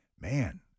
man